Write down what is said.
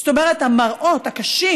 זאת אומרת, המראות הקשים